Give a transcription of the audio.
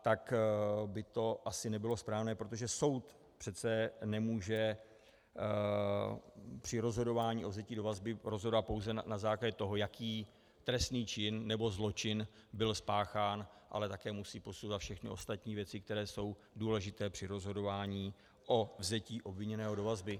To by asi nebylo správné, protože soud přece nemůže při rozhodování o vzetí do vazby rozhodovat pouze na základě toho, jaký trestní čin nebo zločin byl spáchán, ale také musí posuzovat všechny ostatní věci, které jsou důležité při rozhodování o vzetí obviněného do vazby.